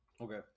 okay